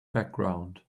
background